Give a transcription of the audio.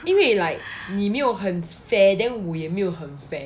因为 like 你没有很 fair then 我也没有很 fair